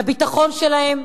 לביטחון שלהם,